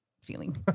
feeling